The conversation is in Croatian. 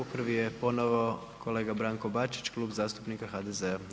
Prvi je ponovno kolega Branko Bačić, Klub zastupnika HDZ-a.